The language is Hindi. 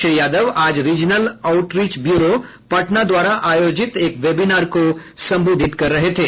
श्री यादव आज रीजनल आउटरीच ब्यूरो पटना द्वारा आयोजित एक वेबिनार को संबोधित कर रहे थे